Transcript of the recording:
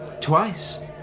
Twice